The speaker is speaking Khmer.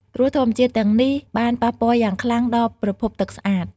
គ្រោះធម្មជាតិទាំងនេះបានប៉ះពាល់យ៉ាងខ្លាំងដល់ប្រភពទឹកស្អាត។